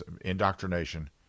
indoctrination